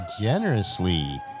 generously